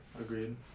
Agreed